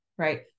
Right